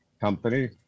Company